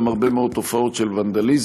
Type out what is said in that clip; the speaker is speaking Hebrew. גם הרבה מאוד תופעות של ונדליזם,